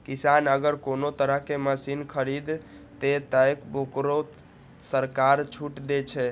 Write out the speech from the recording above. किसान अगर कोनो तरह के मशीन खरीद ते तय वोकरा सरकार छूट दे छे?